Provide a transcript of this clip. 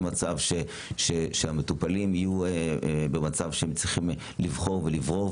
מצב שהמטופלים יהיו במצב שהם צריכים לבחור ולברור,